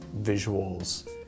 visuals